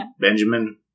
Benjamin